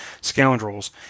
Scoundrels